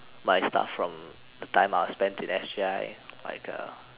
my stuff from the time I spend in S_G_I like a